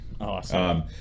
awesome